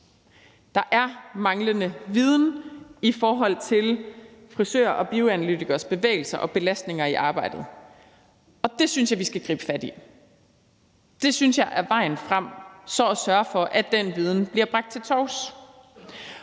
er en manglende viden i forhold til frisører og bioanalytikeres bevægelser og belastninger i arbejdet, og det synes jeg vi skal gribe fat i. Det synes jeg er vejen frem, altså at sørge for, at den viden bliver bragt til torvs,